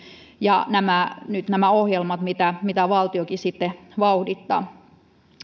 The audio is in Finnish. ja nyt nämä ohjelmat mitä mitä valtiokin vauhdittaa